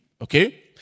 Okay